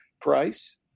price